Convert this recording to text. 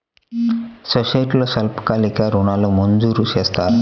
సొసైటీలో స్వల్పకాలిక ఋణాలు మంజూరు చేస్తారా?